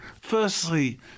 firstly